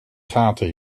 gaten